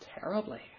terribly